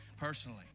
personally